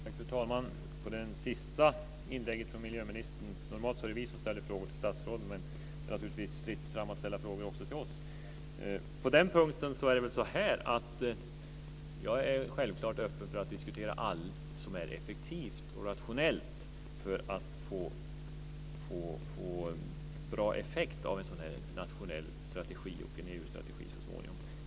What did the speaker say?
Fru talman! För att börja med det sista inlägget från miljöministern vill jag säga att det ju normalt är vi som ställer frågor till statsråden, men att det naturligtvis är fritt fram att ställa frågor även till oss. Jag är självklart öppen för att diskutera allt som är effektivt och rationellt för att få bra effekt av en sådan här nationell strategi och EU-strategi.